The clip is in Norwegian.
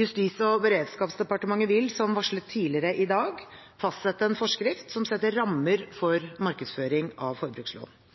Justis- og beredskapsdepartementet vil, som varslet tidligere i dag, fastsette en forskrift som setter rammer for markedsføring av forbrukslån.